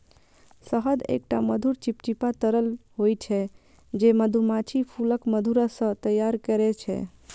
शहद एकटा मधुर, चिपचिपा तरल होइ छै, जे मधुमाछी फूलक मधुरस सं तैयार करै छै